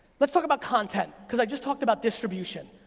let's talk about content, cause i just talked about distribution.